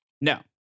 no